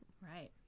Right